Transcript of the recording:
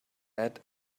add